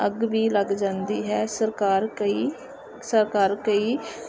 ਅੱਗ ਵੀ ਲੱਗ ਜਾਂਦੀ ਹੈ ਸਰਕਾਰ ਕੋਈ ਸਰਕਾਰ ਕੋਈ